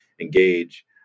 engage